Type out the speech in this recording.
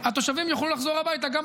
נעבור להצבעה.